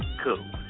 cool